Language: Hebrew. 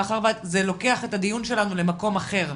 מאחר שזה לוקח את הדיון שלנו למקום אחר.